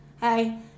hey